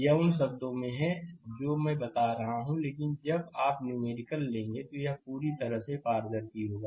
यह उन शब्दों में है जो मैं बता रहा हूं लेकिन जब आप न्यूमेरिकल लेंगे तो यह पूरी तरह से पारदर्शी होगा